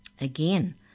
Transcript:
Again